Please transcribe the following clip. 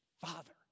father